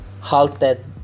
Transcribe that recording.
halted